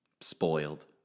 Spoiled